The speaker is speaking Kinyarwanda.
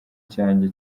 cyanjye